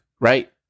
right